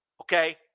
Okay